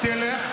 --- תלך,